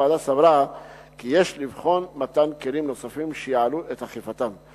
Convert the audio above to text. הוועדה סברה כי יש לבחון מתן כלים נוספים שייעלו את אכיפתם,